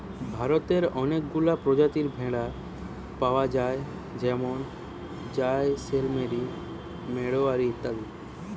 ভারতে অনেকগুলা প্রজাতির ভেড়া পায়া যায় যেরম জাইসেলমেরি, মাড়োয়ারি ইত্যাদি